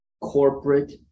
corporate